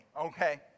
okay